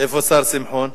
איפה השר שמחון?